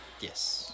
Yes